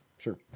Sure